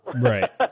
right